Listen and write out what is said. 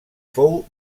fou